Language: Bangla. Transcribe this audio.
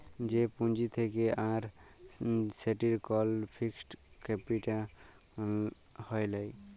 যে পুঁজি থাক্যে আর সেটির কল ফিক্সড ক্যাপিটা হ্যয় লায়